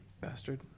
bastard